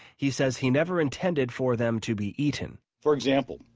he says he never intended for them to be eaten for example,